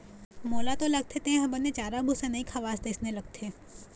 मोला तो लगथे तेंहा बने चारा भूसा नइ खवास तइसे लगथे